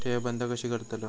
ठेव बंद कशी करतलव?